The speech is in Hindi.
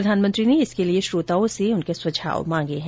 प्रधानमंत्री ने इसके लिए श्रोताओं से सुझाव मांगे हैं